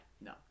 no